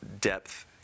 depth